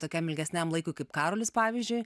tokiam ilgesniam laikui kaip karolis pavyzdžiui